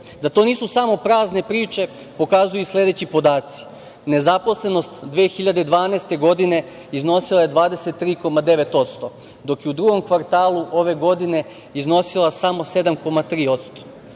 to nisu samo prazne priče pokazuju i sledeći podaci: nezaposlenost 2012. godine iznosila je 23,9%, dok je u drugom kvartalu ove godine iznosila samo 7,3%;